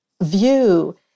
view